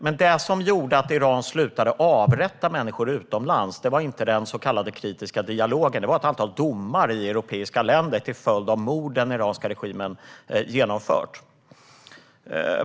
Men det som gjorde att Iran slutade avrätta människor utomlands var inte den så kallade kritiska dialogen, utan det var ett antal domar i europeiska länder till följd av morden som den iranska regimen genomfört.